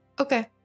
Okay